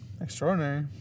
Extraordinary